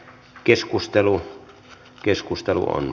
keskustelu keskustelu on